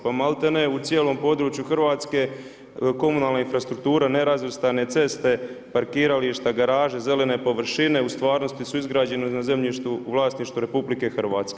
Pa maltene u cijelom području Hrvatske komunalna infrastruktura, nerazvrstane ceste, parkirališta, garaža, zelene površine u stvarnosti su izgrađene na zemljištu u vlasništvu RH.